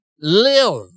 live